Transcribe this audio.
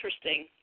interesting